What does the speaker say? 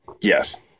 yes